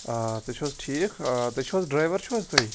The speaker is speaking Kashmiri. آ تُہۍ چھِو حظ ٹھیک آ تُہۍ چھِو حظ ڈرایوَر چھِو حظ تُہۍ